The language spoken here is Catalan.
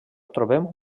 trobem